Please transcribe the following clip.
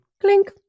Clink